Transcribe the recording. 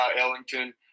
Ellington